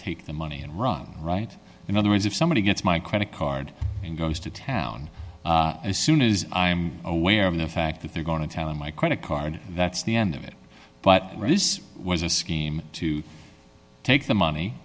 take the money and run right in other words if somebody gets my credit card and goes to town as soon as i'm aware of the fact that they're going to town on my credit card that's the end of it but this was a scheme to take the